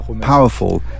powerful